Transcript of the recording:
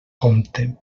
compte